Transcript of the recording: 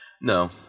No